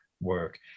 work